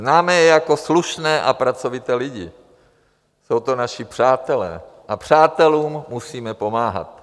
Známe je jako slušné a pracovité lidi, jsou to naši přátelé a přátelům musíme pomáhat.